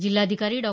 जिल्हाधिकारी डॉ